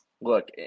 look